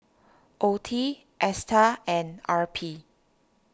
Oeti Astar and R P